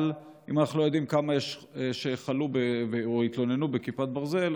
אבל אם אנחנו לא יודעים כמה יש שחלו או שהתלוננו בכיפת ברזל,